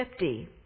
50